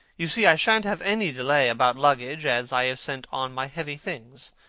you see, i shan't have any delay about luggage, as i have sent on my heavy things.